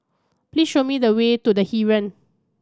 please show me the way to The Heeren